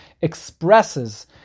expresses